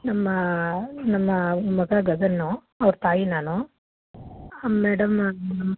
ನಮ್ಮ ನಮ್ಮ ಮಗ ಗಗನ್ನು ಅವ್ರ ತಾಯಿ ನಾನು ಮೇಡಮ್ ನಾನು